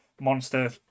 monster